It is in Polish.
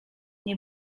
nie